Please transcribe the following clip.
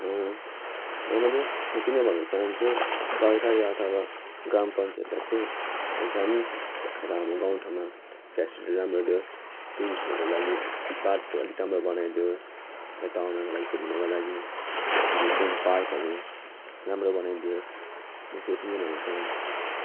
र म चाहिँ यति नै भन्न चहान्छु सरकारी अथवा ग्राम पञ्चायतलाई चाहिँ झन् यता हाम्रो गाउँ ठाउँमा फेसिलिटीहरू राम्रो दियोस् टुरिस्टहरूको लागि बाटोहरू अलिक राम्रो बनाइदियोस् यता आउनुको लागि घुम्नुको लागि भ्यु पोइन्ट पार्कहरू राम्रो बनाइदियोस् म चाहिँ यति नै भन्न चहान्छु